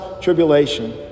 tribulation